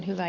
kiitos